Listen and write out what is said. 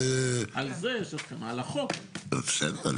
בסדר,